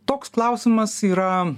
toks klausimas yra